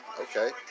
okay